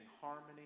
harmony